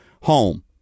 home